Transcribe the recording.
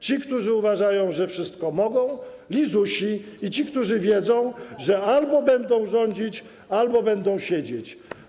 Ci, którzy uważają, że wszystko mogą, lizusi i ci, którzy wiedzą, że albo będą rządzić, albo będą siedzieć.